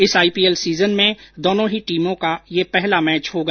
इस IPL season में दोनों ही टीमों का यह पहला मैच होगा